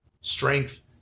Strength